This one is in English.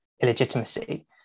illegitimacy